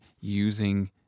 using